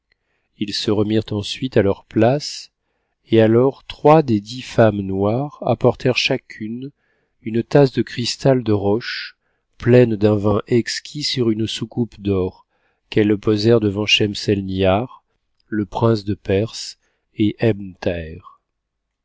ensemble ilsse remirent ensuite à leur place et alors trois des dix femmes noires apportèrent chacune une tasse de cristal de roche pleine d'un vin exquis sur une soucoupe d'or qu'elles posèrent devant schemselnihar le prince de perse et